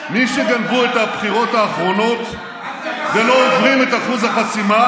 מי שגנבו את הבחירות האחרונות ולא עוברים את אחוז החסימה,